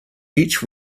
each